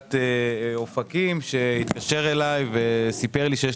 עיריית אופקים שהתקשר אלי וסיפר שיש